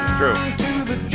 True